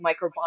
microbiome